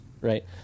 right